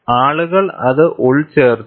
ആളുകൾ അത് ഉൾച്ചേർത്തു